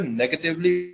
negatively